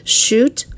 shoot